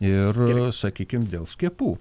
ir sakykim dėl skiepų